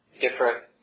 different